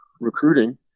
recruiting